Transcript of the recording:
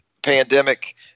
Pandemic